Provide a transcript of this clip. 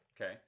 Okay